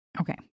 Okay